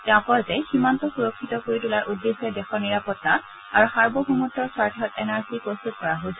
তেওঁ কয় যে সীমান্ত সুৰক্ষিত কৰি তোলাৰ উদ্দেশ্যে দেশৰ নিৰাপত্তা আৰু সাৰ্বভৌমত্বৰ স্বাৰ্থত এন আৰ চি প্ৰস্তুত কৰা হৈছে